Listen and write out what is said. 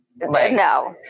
No